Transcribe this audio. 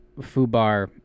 foobar